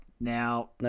Now